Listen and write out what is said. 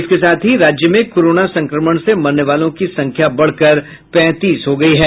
इसके साथ ही राज्य में कोरोना संक्रमण से मरने वालों की संख्या बढ़कर पैंतीस हो गयी है